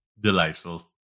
Delightful